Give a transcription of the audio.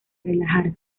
relajarse